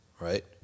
right